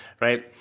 right